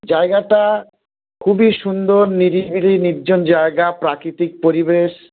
জায়গাটা খুবই সুন্দর নিরিবিলি নির্জন জায়গা প্রাকৃতিক পরিবেশ